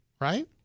right